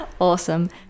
awesome